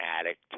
addict